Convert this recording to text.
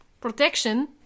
protection